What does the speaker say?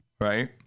right